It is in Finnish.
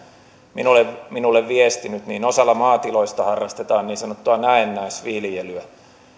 minulle minulle viestinyt niin osalla maatiloista harrastetaan niin sanottua näennäisviljelyä